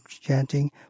chanting